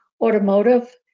automotive